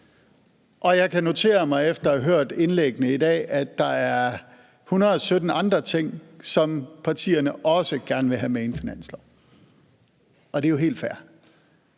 Jeg kan notere mig efter at have hørt indlæggene i dag, at der er hundrede sytten andre ting, som partierne også gerne vil have med ind i finansloven, og det er jo helt fair,